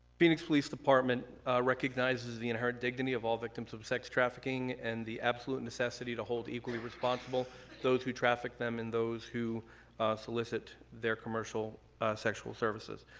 phoenix police department recognizes the inherent dignity of all victims of sex trafficking and the actual absolutely necessity to hold equally responsible those who traffic them and those who solicit their commercial sexual services.